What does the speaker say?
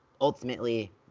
ultimately